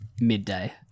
midday